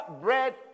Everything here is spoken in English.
bread